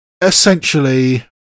essentially